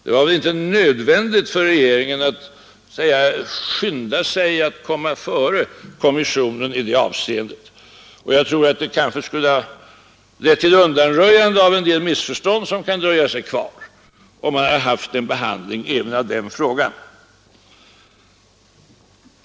Det var väl inte nödvändigt för regeringen att skynda sig att komma före kommissionen i det avseendet! Jag tror att det skulle ha lett till undanröjande av en del missförstånd som kan dröja sig kvar om man hade behandlat även den frågan.